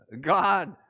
God